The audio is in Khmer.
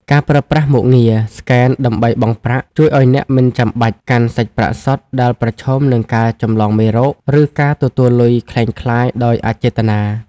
ការប្រើប្រាស់មុខងារ ស្កែនដើម្បីបង់ប្រាក់ ជួយឱ្យអ្នកមិនចាំបាច់កាន់សាច់ប្រាក់សុទ្ធដែលប្រឈមនឹងការចម្លងមេរោគ ឬការទទួលលុយក្លែងក្លាយដោយអចេតនា។